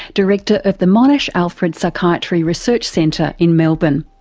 director of the monash alfred psychiatry research centre in melbourne.